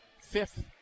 fifth